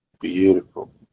Beautiful